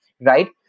right